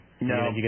No